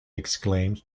exclaimed